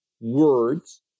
words